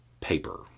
paper